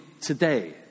today